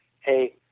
hey